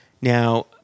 Now